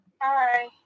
Hi